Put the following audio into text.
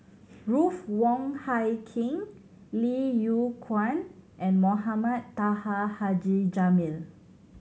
Ruth Wong Hie King Lim Yew Kuan and Mohamed Taha Haji Jamil